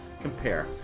compare